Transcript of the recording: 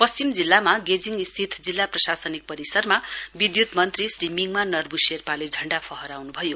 पश्चिम जिल्लामा गेजिङ स्थित जिल्ला प्रशासनिक परिसरमा विध्यत मन्त्री श्री मिङमा नर्व् शेर्पाले झण्डा फहराउन्भयो